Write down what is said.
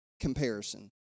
comparison